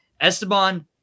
Esteban